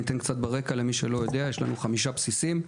אתן קצת רקע למי שלא יודע: יש לנו חמישה בסיסים,